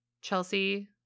Chelsea